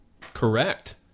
correct